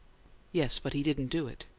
yes. but he didn't do it!